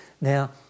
Now